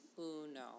Uno